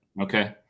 Okay